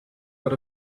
got